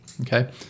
Okay